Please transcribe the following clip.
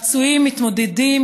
הפצועים מתמודדים,